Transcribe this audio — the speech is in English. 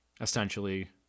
essentially